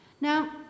Now